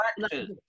factors